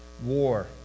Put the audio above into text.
war